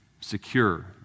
secure